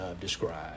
described